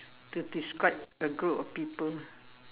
to describe a group of people